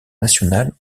nationale